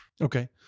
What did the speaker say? Okay